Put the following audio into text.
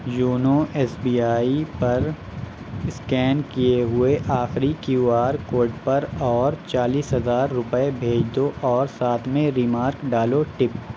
YONO S B I پر scan کیے ہوئے آخری کیو آر کوڈ پر اور چالیس ہزار روپئے بھیج دو اور ساتھ میں ریمارک ڈالو ٹپ